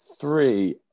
Three